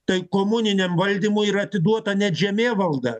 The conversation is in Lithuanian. tai komuniniam valdymui yra atiduota net žemėvalda